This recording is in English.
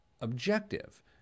objective